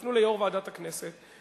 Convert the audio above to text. תפנו ליו"ר ועדת הכנסת,